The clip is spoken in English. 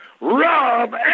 Rob